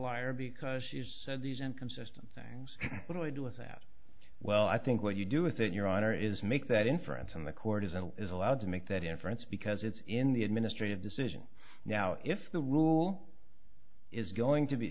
liar because she's said these inconsistent things but i do with that well i think what you do with it your honor is make that inference and the court is and is allowed to make that inference because it's in the administrative decision now if the rule is going to be